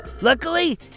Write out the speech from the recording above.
Luckily